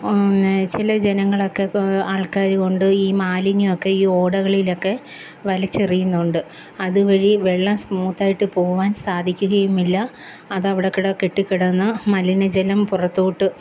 ചില ജനങ്ങളൊക്കെ ആള്ക്കാർ കൊണ്ട് ഈ മാലിന്യ ഒക്കെ ഈ ഓടകളിലൊക്കെ വലിച്ചെറിയുന്നുണ്ട് അതുവഴി വെള്ളം സ്മൂത്ത് ആയിട്ട് പോവാന് സാധിക്കുകയുമില്ല അത് അവിടെ കെട്ടിക്കിടന്ന് മലിനജലം പുറത്തോട്ട്